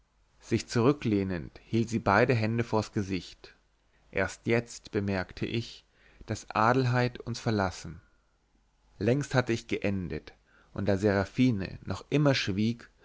sich zurücklehnend hielt sie beide hände vors gesicht erst jetzt bemerkte ich daß adelheid uns verlassen längst hatte ich geendet und da seraphine noch immer schwieg